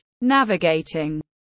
navigating